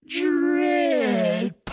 Dread